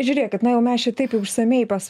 žiūrėkit na jau mes čia taip jau išsamiai pas